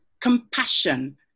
compassion